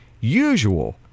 usual